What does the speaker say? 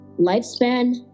lifespan